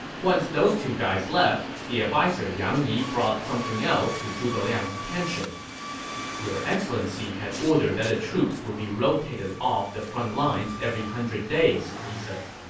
once those two guys left, the adviser yang yi brought something else to zhuge liang's attention your excellency had ordered that the troops would be rotated off the front lines every hundred days, he said.